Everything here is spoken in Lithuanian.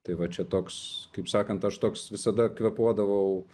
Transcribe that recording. tai va čia toks kaip sakant aš toks visada kvėpuodavau